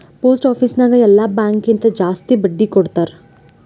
post office ನಾಗ್ ಎಲ್ಲಾ bank ಕಿಂತಾ ಜಾಸ್ತಿ ಬಡ್ಡಿ ಕೊಡ್ತಾರ್